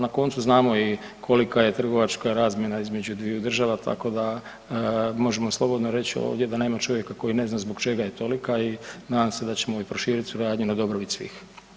Na koncu znamo i kolika je trgovačka razmjena između dviju država, tako da možemo slobodno reć ovdje da nema čovjeka koji ne zna zbog čega je tolika i nadam se da ćemo i proširiti suradnju na dobrobit svih.